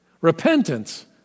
Repentance